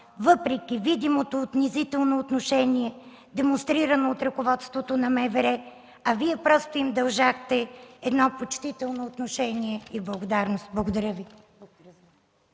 въпреки видимото унизително отношение, демонстрирано от ръководството на МВР, а Вие просто им дължахте едно почтително отношение и благодарност. Благодаря Ви.